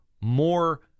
more